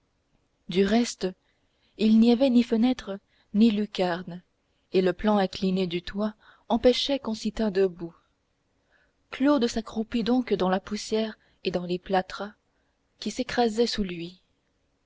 du reste il n'y avait ni fenêtre ni lucarne et le plan incliné du toit empêchait qu'on s'y tînt debout claude s'accroupit donc dans la poussière et dans les plâtras qui s'écrasaient sous lui